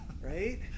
right